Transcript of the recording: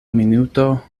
minuto